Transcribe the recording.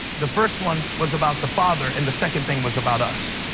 the first one was about the father, and the second thing was about us.